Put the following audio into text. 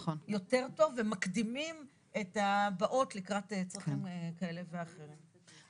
טוב ומקדימים את הבאות לקראת צרכים כאלה ואחרים.